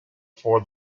for